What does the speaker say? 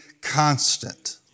constant